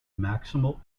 maximal